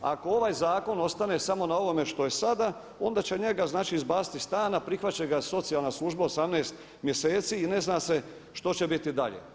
A ako ovaj zakon ostane samo na ovome što je sada, onda će njega izbaciti iz stana prihvatit će ga socijalna služba 18 mjeseci i ne zna se što će biti dalje.